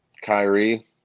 Kyrie